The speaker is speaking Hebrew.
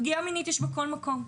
פגיעה מינית יש בכל מקום.